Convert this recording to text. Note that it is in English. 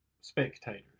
spectators